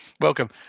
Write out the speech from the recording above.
welcome